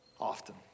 often